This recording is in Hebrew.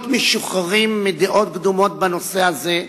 להיות משוחררים מדעות קדומות בנושא הזה,